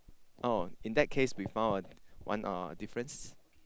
oh in that case we found a one uh difference